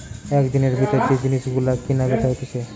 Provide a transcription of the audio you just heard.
একদিনের ভিতর যে জিনিস গুলো কিনা বেচা হইছে